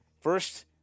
first